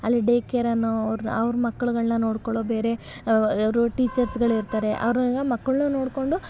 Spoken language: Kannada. ಅಲ್ಲಿ ಡೇ ಕೇರ್ ಅನ್ನೋ ಅವ್ರನ್ನು ಅವ್ರ ಮಕ್ಕಳುಗಳ್ನ ನೋಡಿಕೊಳ್ಳೊ ಬೇರೆ ಅವರು ಟೀಚರ್ಸುಗಳಿರ್ತಾರೆ ಅವರೆಲ್ಲ ಮಕ್ಕಳನ್ನು ನೋಡಿಕೊಂಡು